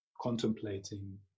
contemplating